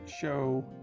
show